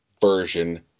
version